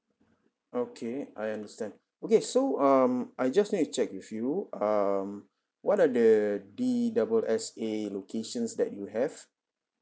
okay I understand okay so um I just need to check with you um what are the d double s a locations that you have